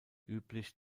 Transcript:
üblich